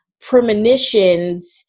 premonitions